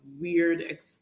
weird